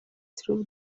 through